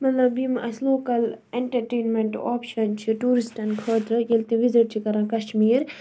مطلب یِم اَسہِ لوکَل اینٹَرٹینمٮ۪نٹ آپشَن چھِ ٹیورِسٹَن خٲطرٕ ییٚلہِ تِم وِزِٹ چھِ کَران کَشمیٖر